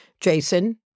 Jason